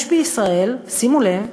יש בישראל, שימו לב,